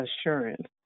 Assurance